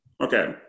Okay